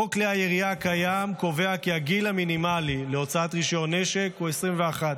חוק כלי הירייה הקיים קובע כי הגיל המינימלי להוצאת רישיון נשק הוא 21,